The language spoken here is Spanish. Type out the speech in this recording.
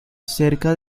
cerca